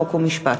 חוק ומשפט.